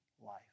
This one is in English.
life